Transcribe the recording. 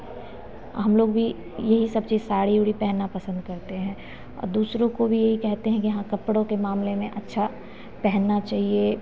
हम लोग भी यही सब चीज़ साड़ी ओड़ी पहनना पसंद करते हैं और दूसरों को भी यही कहते हैं कि हाँ कपड़ों के मामले में अच्छा पहनना चाहिए